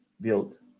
built